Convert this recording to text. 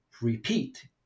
repeat